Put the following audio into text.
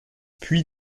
puis